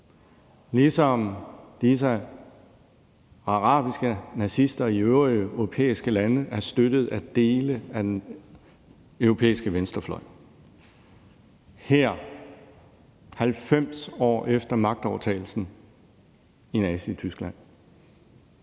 ligesom disse arabiske nazister i øvrige europæiske lande er støttet af dele af den europæiske venstrefløj. Her, 90 år efter nazisternes magtovertagelse i Tyskland,